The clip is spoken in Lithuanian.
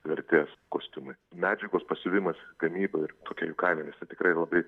vertės kostiumai medžiagos pasiuvimas gamyba ir tokia jų kaina nes tai tikrai labai